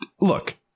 look